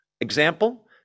Example